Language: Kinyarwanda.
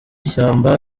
shyamba